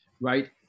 Right